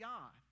God